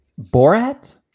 Borat